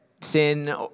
sin